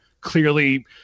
clearly